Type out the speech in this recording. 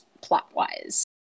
plot-wise